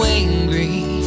angry